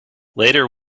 later